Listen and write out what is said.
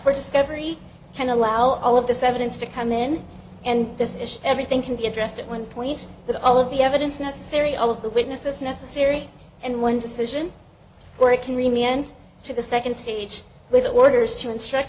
for discovery can allow all of this evidence to come in and this is everything can be addressed at one point with all of the evidence necessary all of the witnesses necessary and one decision where it can remain end to the second stage with orders to instruct